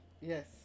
yes